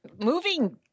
moving